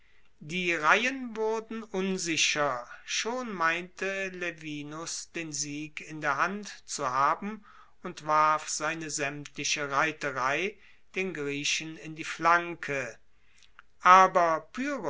die reihen wurden unsicher schon meinte laevinus den sieg in der hand zu haben und warf seine saemtliche reiterei den griechen in die flanke aber